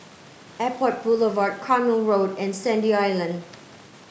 Airport Boulevard Carpmael Road and Sandy Island